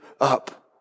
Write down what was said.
up